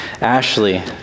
Ashley